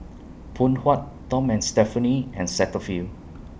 Phoon Huat Tom and Stephanie and Cetaphil